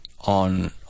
on